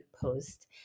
post